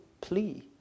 plea